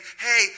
hey